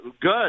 good